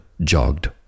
jogged